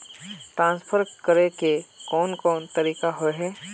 Transfer करे के कोन कोन तरीका होय है?